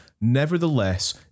Nevertheless